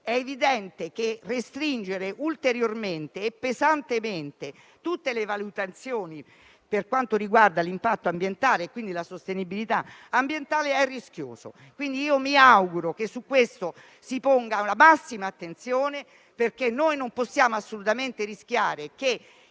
è evidente che restringere ulteriormente e pesantemente tutte le valutazioni per quanto riguarda l'impatto ambientale e la sostenibilità ambientale è rischioso. Quindi, mi auguro che su questo si ponga la massima attenzione, perché non possiamo assolutamente rischiare che